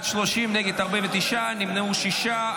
30, נגד, 49, נמנעו, שישה.